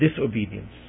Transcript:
disobedience